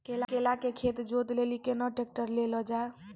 केला के खेत जोत लिली केना ट्रैक्टर ले लो जा?